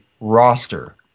roster